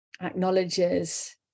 acknowledges